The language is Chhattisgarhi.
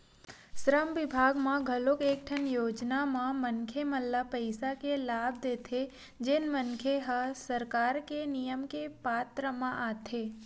श्रम बिभाग ह घलोक कइठन योजना म मनखे मन ल पइसा के लाभ देथे जेन मनखे मन ह सरकार के नियम के पात्र म आथे